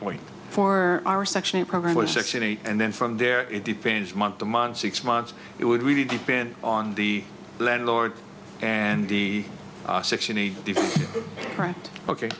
point for our section eight program one section eight and then from there it depends month to month six months it would really depend on the landlord and the